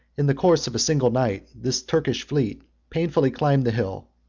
in the course of a single night, this turkish fleet painfully climbed the hill,